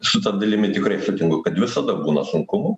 su ta dalimi tikrai sutinku kad visada būna sunkumų